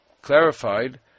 clarified